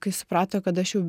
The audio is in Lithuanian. kai suprato kad aš jau